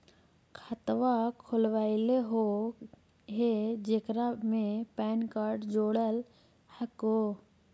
खातवा खोलवैलहो हे जेकरा मे पैन कार्ड जोड़ल हको?